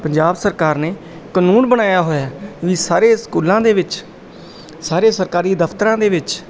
ਪੰਜਾਬ ਸਰਕਾਰ ਨੇ ਕਾਨੂੰਨ ਬਣਾਇਆ ਹੋਇਆ ਵੀ ਸਾਰੇ ਸਕੂਲਾਂ ਦੇ ਵਿੱਚ ਸਾਰੇ ਸਰਕਾਰੀ ਦਫ਼ਤਰਾਂ ਦੇ ਵਿੱਚ